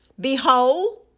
behold